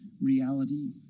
reality